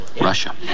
Russia